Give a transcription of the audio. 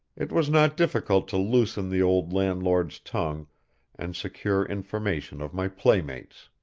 it was not difficult to loosen the old landlord's tongue and secure information of my playmates.